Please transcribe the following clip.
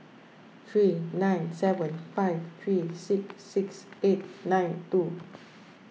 three nine seven five three six six eight nine two